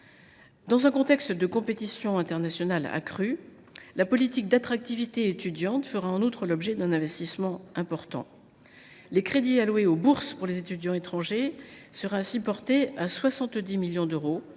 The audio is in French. Dans un contexte de compétition internationale accrue, la politique d’attractivité étudiante fera en outre l’objet d’un investissement important. Les crédits alloués aux bourses pour les étudiants étrangers seront ainsi augmentés de